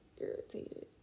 irritated